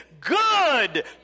good